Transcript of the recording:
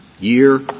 year